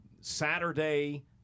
Saturday